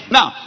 Now